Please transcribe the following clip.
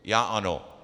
Já ano.